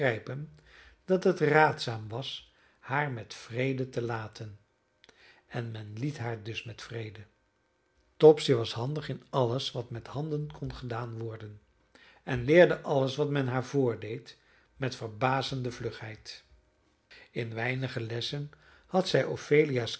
dat het raadzaam was haar met vrede te laten en men liet haar dus met vrede topsy was handig in alles wat met handen kon gedaan worden en leerde alles wat men haar voordeed met verbazende vlugheid in weinige lessen had zij